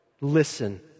Listen